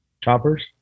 Choppers